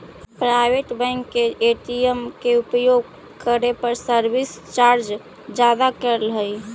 private bank के ATM के उपयोग करे पर सर्विस चार्ज ज्यादा करऽ हइ